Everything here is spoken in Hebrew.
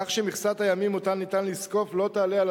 כך שמכסת הימים שניתן לזקוף לא תעלה על